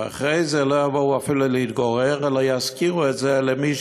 ואחרי זה לא יבואו אפילו להתגורר אלא ישכירו את זה למי